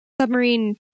submarine